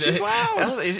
wow